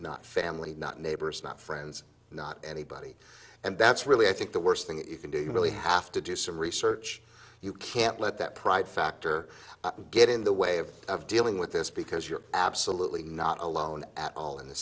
not family not neighbors not friends not anybody and that's really i think the worst thing you can do you really have to do some research you can't let that pride factor get in the way of dealing with this because you're absolutely not alone at all in th